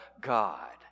God